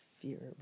fear